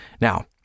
Now